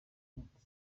muti